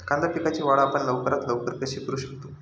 कांदा पिकाची वाढ आपण लवकरात लवकर कशी करू शकतो?